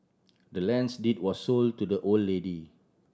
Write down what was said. the land's deed was sold to the old lady